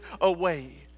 away